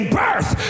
birth